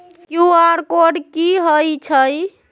QR code कि हई छई?